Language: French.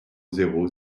zéro